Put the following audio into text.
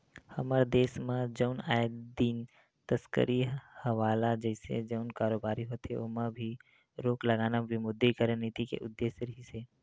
हमर देस म जउन आए दिन तस्करी हवाला जइसे जउन कारोबारी होथे ओमा भी रोक लगाना विमुद्रीकरन नीति के उद्देश्य रिहिस हे